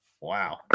Wow